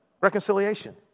Reconciliation